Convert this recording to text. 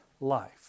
life